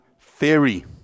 Theory